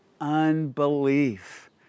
unbelief